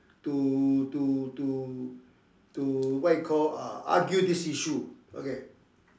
to to to to what you call uh argue this issue okay